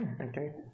Okay